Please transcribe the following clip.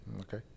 Okay